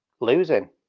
losing